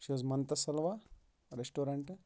یہِ چھِ حظ مَنتا سَلوا ریسٹورَنٹ